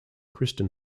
kristin